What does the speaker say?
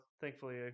thankfully